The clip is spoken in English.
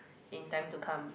in time to come